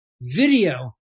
video